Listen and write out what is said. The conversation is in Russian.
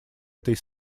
этой